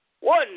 One